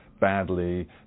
badly